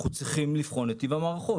אנחנו צריכים לבחון את טיב המערכות.